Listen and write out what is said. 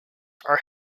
are